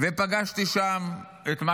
ופגשתי שם את מה